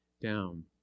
down